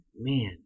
Man